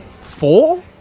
four